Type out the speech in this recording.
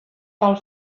tal